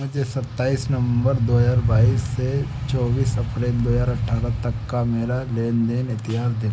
मुझे सत्ताइस नवंबर दो हज़ार बाईस से चौबीस अप्रैल दो हज़ार अठारह तक का मेरा लेन देन इतिहास दिखा